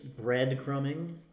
breadcrumbing